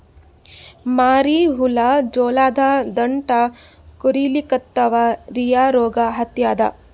ಮರಿ ಹುಳ ಜೋಳದ ದಂಟ ಕೊರಿಲಿಕತ್ತಾವ ರೀ ಯಾ ರೋಗ ಹತ್ಯಾದ?